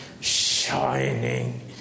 shining